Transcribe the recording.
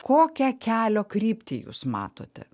kokią kelio kryptį jūs matote